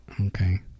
okay